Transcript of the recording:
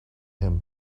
him